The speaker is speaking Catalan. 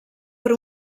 per